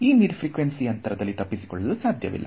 ಈ mid frequency ಅಂತರದಲ್ಲಿ ತಪ್ಪಿಸಿಕೊಳ್ಳಲು ಸಾಧ್ಯವಿಲ್ಲ